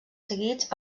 seguits